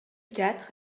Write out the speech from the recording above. quatre